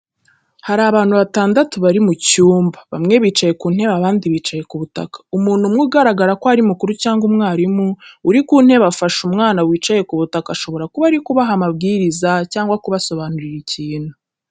Hari abantu batandatu bari mu cyumba bamwe bicaye ku ntebe abandi bicaye ku butaka. Umuntu umwe ugaragara ko ari mukuru cyangwa umwarimu uri ku ntebe afashe umwana wicaye ku butaka ashobora kuba ari kubaha amabwiriza cyangwa kubasobanurira ikintu.